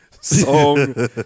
song